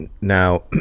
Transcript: Now